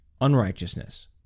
unrighteousness